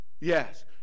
Yes